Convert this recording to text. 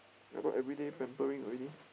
I thought everyday pampering already